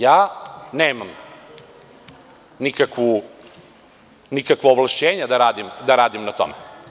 Ja nemam nikakva ovlašćenja da radim na tome.